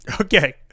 Okay